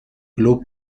club